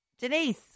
Denise